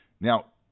Now